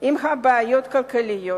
עם בעיות כלכליות.